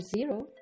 zero